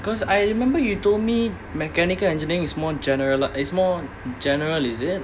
because I remember you told me mechanical engineering is more general is more general is it